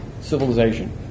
civilization